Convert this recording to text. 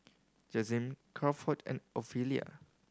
Jazmyn Crawford and Ofelia